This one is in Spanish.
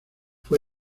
fue